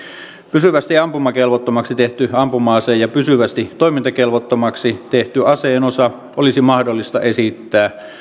pysyvästi ampumakelvottomaksi tehty ampuma ase ja pysyvästi toimintakelvottomaksi tehty aseen osa olisi mahdollista esittää